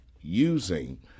using